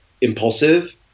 impulsive